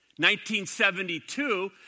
1972